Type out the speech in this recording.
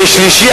ושלישי,